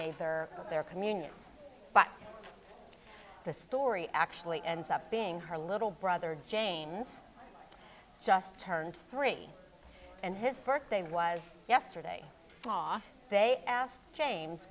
made her their communions but the story actually ends up being her little brother james just turned three and his birthday was yesterday saw they asked james